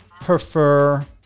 prefer